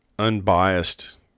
unbiased